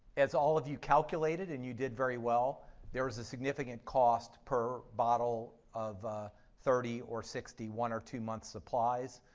as all of you calculated and you did very well, there is a significant cost per bottle of thirty or sixty one or two month supplies.